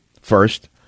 first